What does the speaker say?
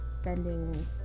spending